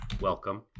Welcome